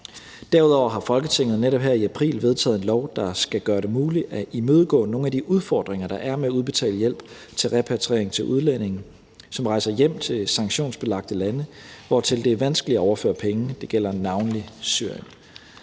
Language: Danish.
Derudover har Folketinget netop her i april vedtaget en lov, der skal gøre det muligt at imødegå nogle af de udfordringer, der er med at udbetale hjælp til repatriering til udlændinge, som rejser hjem til sanktionsbelagte lande, hvortil det er vanskeligt at overføre penge – det gælder navnlig Syrien.